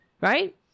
right